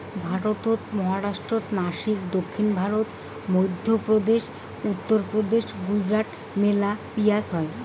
ভারতত মহারাষ্ট্রর নাসিক, দক্ষিণ ভারত, মইধ্যপ্রদেশ, উত্তরপ্রদেশ, গুজরাটত মেলা পিঁয়াজ হই